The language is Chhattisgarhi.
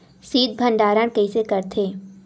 शीत भंडारण कइसे करथे?